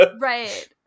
Right